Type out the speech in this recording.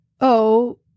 Oh